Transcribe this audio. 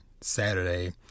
Saturday